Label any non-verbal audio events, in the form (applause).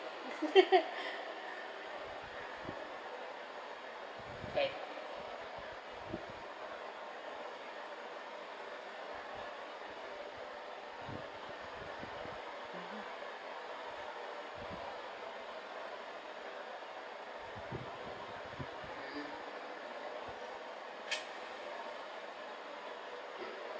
(laughs) when